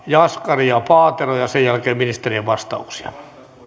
jaskari ja paatero ja sen jälkeen ministerien vastauksia